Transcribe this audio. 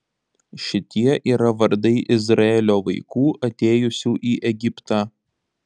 šitie yra vardai izraelio vaikų atėjusių į egiptą